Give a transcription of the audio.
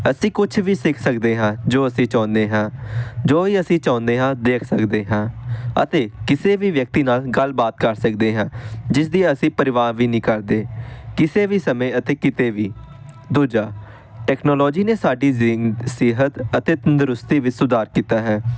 ਅਸੀਂ ਕੁਛ ਵੀ ਸਿੱਖ ਸਕਦੇ ਹਾਂ ਜੋ ਅਸੀਂ ਚਾਹੁੰਦੇ ਹਾਂ ਜੋ ਵੀ ਅਸੀਂ ਚਾਹੁੰਦੇ ਹਾਂ ਦੇਖ ਸਕਦੇ ਹਾਂ ਅਤੇ ਕਿਸੇ ਵੀ ਵਿਅਕਤੀ ਨਾਲ ਗੱਲਬਾਤ ਕਰ ਸਕਦੇ ਹਾਂ ਜਿਸ ਦੀ ਅਸੀਂ ਪਰਵਾਹ ਵੀ ਨੀ ਕਰਦੇ ਕਿਸੇ ਵੀ ਸਮੇਂ ਅਤੇ ਕਿਤੇ ਵੀ ਦੂਜਾ ਟੈਕਨੋਲੋਜੀ ਨੇ ਸਾਡੀ ਸਿਹਤ ਅਤੇ ਤੰਦਰੁਸਤੀ ਵਿੱਚ ਸੁਧਾਰ ਕੀਤਾ ਹੈ